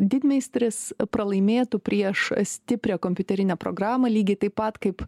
didmeistris pralaimėtų prieš stiprią kompiuterinę programą lygiai taip pat kaip